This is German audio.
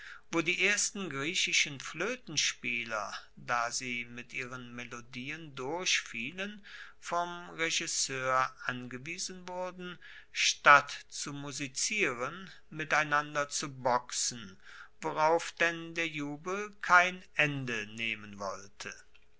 wo die ersten griechischen floetenspieler da sie mit ihren melodien durchfielen vom regisseur angewiesen wurden statt zu musizieren miteinander zu boxen worauf denn der jubel kein ende nehmen wollte